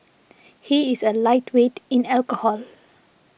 he is a lightweight in alcohol